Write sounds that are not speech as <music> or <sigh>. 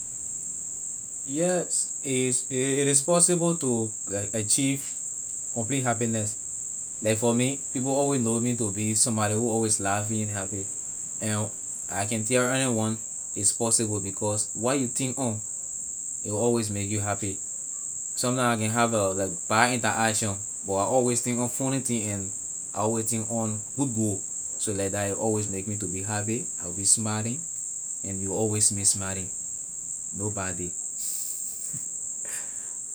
Yes is it is possible to like achieve complete happiness like for me people alway know me to be somebody who always laughing happy and I can tell anyone is possible because what you think on a will always make you happy sometime I can have <hesitation> like bad interaction but I always think on funny thing and I always think on good goal so leh that it always make me to be happy I will be smiling and you will always see me smiling no bad day <laughs>